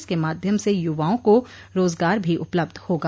इसके माध्यम से यूवाओं को रोजगार भी उपलब्ध होगा